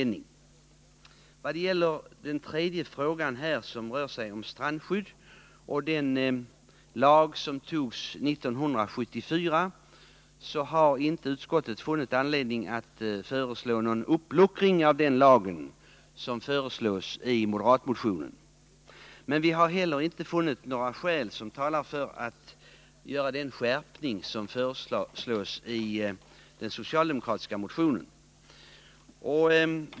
När det gäller den tredje frågan, som berör strandskyddet och den lag som antogs 1974, har utskottet inte funnit anledning att föreslå någon uppluckring av den lagen, vilket föreslås i moderatmotionen. Men vi har inte heller funnit några skäl tala för att göra den skärpning som föreslås i den socialdemokratiska motionen.